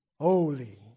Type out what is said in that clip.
holy